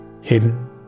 Hidden